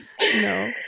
no